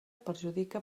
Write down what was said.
perjudica